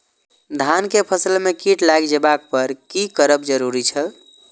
धान के फसल में कीट लागि जेबाक पर की करब जरुरी छल?